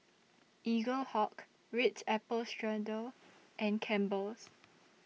Eaglehawk Ritz Apple Strudel and Campbell's